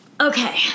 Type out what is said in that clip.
Okay